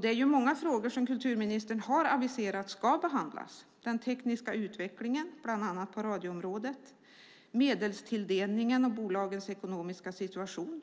Det är många frågor som kulturministern har aviserat ska behandlas: den tekniska utvecklingen, bland annat på radioområdet, medelstilldelningen och bolagens ekonomiska situation,